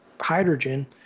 hydrogen